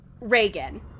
reagan